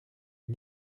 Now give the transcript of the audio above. une